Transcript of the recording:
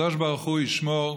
הקדוש ברוך הוא ישמור,